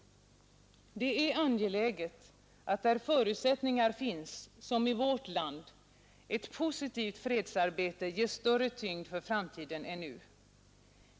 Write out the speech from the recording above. Det är angeläget att där förutsättningar finns — som i vårt land — ett positivt fredsarbete ges större tyngd för framtiden än nu.